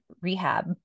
rehab